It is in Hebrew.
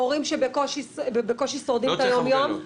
הורים שבקושי שורדים את היום יום?